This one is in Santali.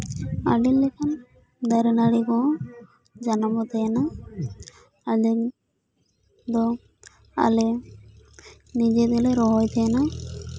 ᱟᱹᱰᱤ ᱞᱮᱠᱟᱱ ᱫᱟᱨᱮᱱᱟᱹᱲᱤ ᱠᱚ ᱡᱟᱱᱟᱢᱚᱜ ᱛᱟᱦᱮᱸᱱᱟ ᱟᱞᱮ ᱫᱚ ᱟᱞᱮ ᱱᱤᱡᱮ ᱛᱮᱞᱮ ᱨᱚᱦᱚᱭ ᱛᱟᱦᱮᱸᱱᱟ